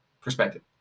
perspective